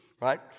right